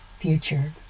future